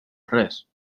res